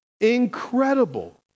Incredible